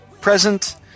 Present